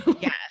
Yes